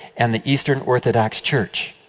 and the eastern orthodox church.